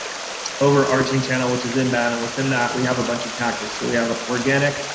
overarching channel which is inbound, and within that we have a bunch of tactics. but we have ah organic,